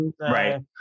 Right